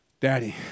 Daddy